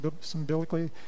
symbolically